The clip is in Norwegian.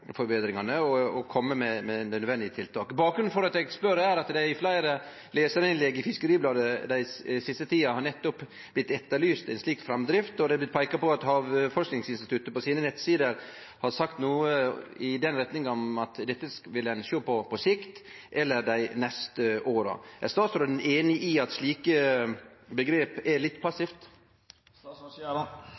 forbetringane og kome med nødvendige tiltak. Bakgrunnen for at eg spør, er at det i fleire lesarinnlegg i Fiskeribladet den siste tida nettopp har blitt etterlyst ein slik framdrift, og det har blitt peika på at Havforskingsinstituttet på nettsidene sine har sagt noko i retning av at dette vil ein sjå på på sikt, eller dei neste åra. Er statsråden einig i at slike omgrep er litt